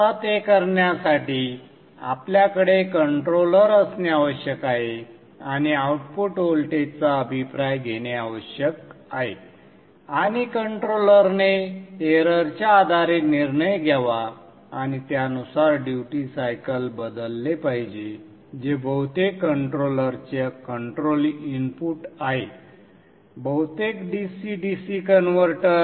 आता ते करण्यासाठी आपल्याकडे कंट्रोलर असणे आवश्यक आहे आणि आउटपुट व्होल्टेजचा अभिप्राय घेणे आवश्यक आहे आणि कंट्रोलरने एररच्या आधारे निर्णय घ्यावा आणि त्यानुसार ड्युटी सायकल बदलले पाहिजे जे बहुतेक कंट्रोलरचे कंट्रोल इनपुट आहे बहुतेक DC DC कन्व्हर्टर